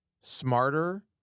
smarter